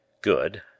Good